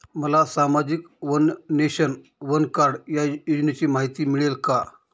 मला सामाजिक one nation, one card या योजनेची माहिती मिळेल का?